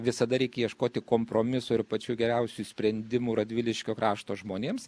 visada reikia ieškoti kompromiso ir pačių geriausių sprendimų radviliškio krašto žmonėms